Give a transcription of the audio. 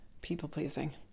people-pleasing